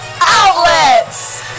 Outlets